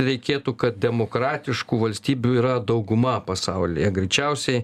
reikėtų kad demokratiškų valstybių yra dauguma pasaulyje greičiausiai